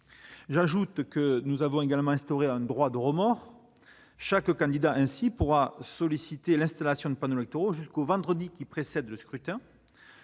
candidats. Nous avons également instauré un « droit au remords ». Chaque candidat pourra solliciter l'installation de panneaux électoraux jusqu'au vendredi précédant le scrutin.